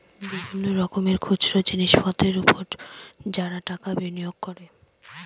বিভিন্ন রকমের খুচরো জিনিসপত্রের উপর যারা টাকা বিনিয়োগ করে